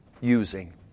using